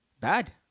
Bad